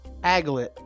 Aglet